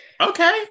okay